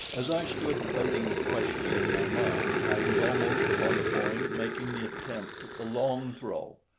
as i stood debating the question in my mind, i was almost upon the point of making the attempt at the long throw.